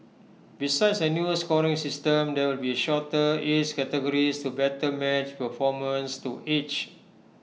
besides A new scoring system there will be shorter age categories to better match performance to age